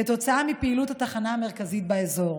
כתוצאה מפעילות התחנה המרכזית באזור.